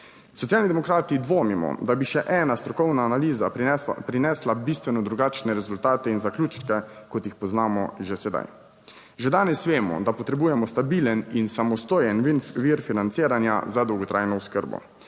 Socialni demokrati dvomimo, da bi še ena strokovna analiza prinesla bistveno drugačne rezultate in zaključke, kot jih poznamo že sedaj. 82. TRAK: (SC) – 15.55 (nadaljevanje) Že danes vemo, da potrebujemo stabilen in samostojen vir financiranja za dolgotrajno oskrbo.